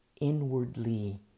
inwardly